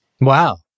Wow